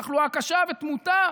התחלואה הקשה והתמותה,